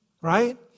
Right